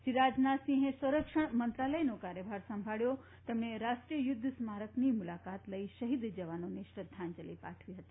શ્રી રાજનાથસિંહ સંરક્ષણ મંત્રાલયનો કાર્યભાર સંભાળ્યો તેમણે રાષ્ટ્રીય યુદ્ધ સ્મારકની મુલાકાત લઇ શહીદ જવાનોને શ્રદ્ધાંજલી પાઠવી હતી